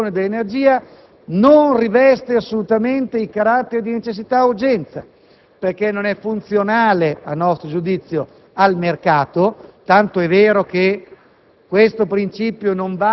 la vendita e la distribuzione dell'energia non riveste assolutamente i caratteri di necessità e di urgenza, perché a nostro giudizio non è funzionale al mercato, tant'è vero che